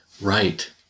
Right